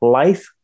life